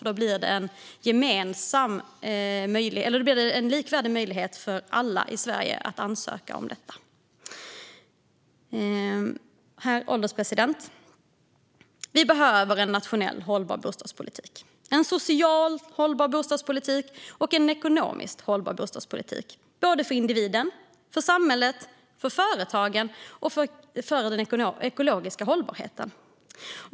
Då skulle möjligheten att ansöka om detta bli likvärdig för alla i Sverige. Herr ålderspresident! Vi behöver en nationell, hållbar bostadspolitik, en socialt hållbar bostadspolitik och en ekonomiskt hållbar bostadspolitik, både för individen, för samhället, för företagen och för den ekologiska hållbarheten.